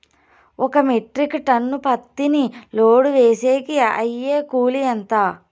ఒక metric tonne పత్తిని load వేసేకి అయ్యే కూలి ఎంత?